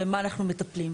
ובמה אנחנו מטפלים.